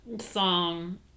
song